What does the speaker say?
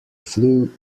flue